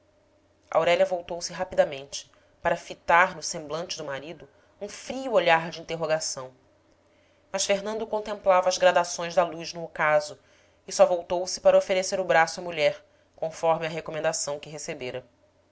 aurélia voltou-se rapidamente para fitar no semblante do marido um frio olhar de interrogação mas fernando contemplava as gradações da luz no ocaso e só voltou-se para oferecer o braço à mulher conforme a recomendação que recebera